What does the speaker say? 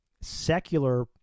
Secular